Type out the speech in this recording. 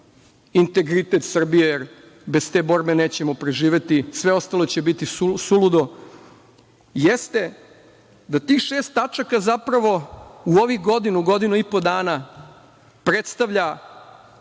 integritet Srbije, jer bez te borbe nećemo preživeti, sve ostalo će biti suludo, jeste da tih šest tačaka zapravo u ovih godinu, godinu i po dana predstavlja